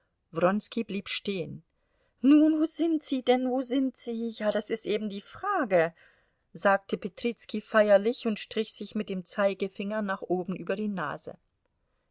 blieb stehen nun wo sind sie denn wo sie sind ja das ist eben die frage sagte petrizki feierlich und strich sich mit dem zeigefinger nach oben hin über die nase